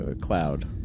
cloud